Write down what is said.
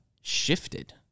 shifted